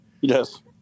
Yes